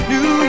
New